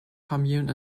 commune